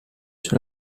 sur